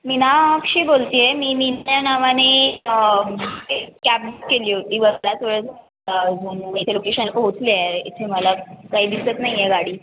मी ना अक्षी बोलती आहे मी मिना नावाने कॅब बुक केली होती बराच वेळ झाला इथे लोकेशन पोहोचले इथे मला काही दिसत नाही आह गाडी